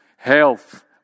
Health